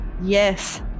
Yes